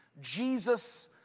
Jesus